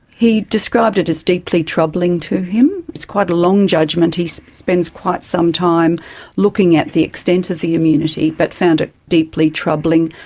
he described it as deeply troubling to him. it's quite a long judgment, he spends quite some time looking at the extent of the immunity, but found it deeply troubling,